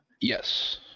yes